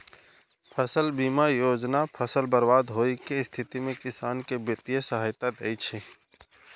फसल बीमा योजना फसल बर्बाद होइ के स्थिति मे किसान कें वित्तीय सहायता दै छै